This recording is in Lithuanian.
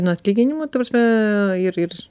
nuo atlyginimo ta prasme ir ir